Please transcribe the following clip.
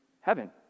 heaven